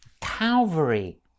Calvary